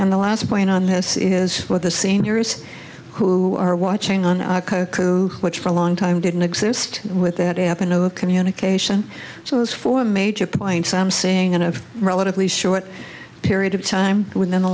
and the last point on this is what the seniors who are watching on our koku which for a long time didn't exist with that avenue of communication so those four major points i'm saying and of relatively short period of time within the